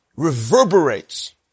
reverberates